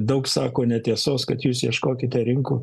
daug sako netiesos kad jūs ieškokite rinkų